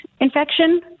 infection